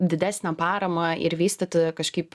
didesnę paramą ir vystyti kažkaip